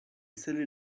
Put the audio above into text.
silly